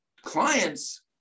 Clients